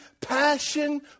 passion